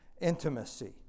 intimacy